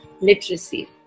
literacy